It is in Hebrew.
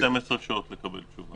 כן, לוקח 12 שעות לקבל תשובה.